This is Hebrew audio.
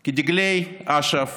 כי דגלי אש"ף